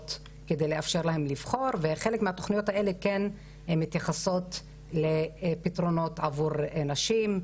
כדי לאפשר להן לבחור וחלק מהתוכניות האלה מתייחסות לפתרונות עבור נשים,